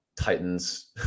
Titans